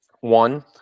one